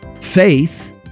Faith